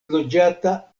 loĝata